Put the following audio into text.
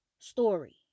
story